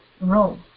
role